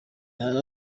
hari